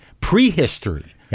prehistory